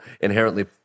inherently